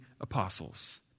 apostles